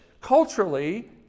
culturally